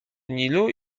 nilu